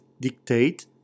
dictate